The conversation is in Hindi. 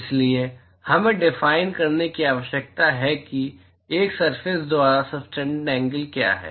इसलिए हमें यह डिफाइन करने की आवश्यकता है कि एक सरफेस द्वारा सबटेन्डेड एंगल क्या है